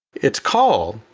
it's called,